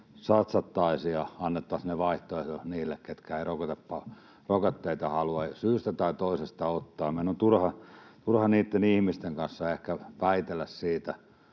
satsattaisiin ja annettaisiin ne vaihtoehdoksi niille, ketkä eivät rokotteita halua syystä tai toisesta ottaa. Meidän on turha niitten ihmisten kanssa ehkä väitellä siitä,